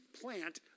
plant